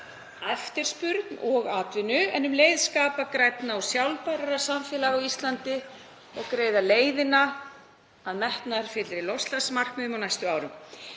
eftirspurn og atvinnu en um leið skapa grænna og sjálfbærara samfélag á Íslandi og greiða leiðina að metnaðarfyllri loftslagsmarkmiðum á næstu árum.